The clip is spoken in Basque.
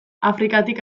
afrikatik